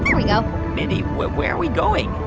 and we go mindy, where are we going?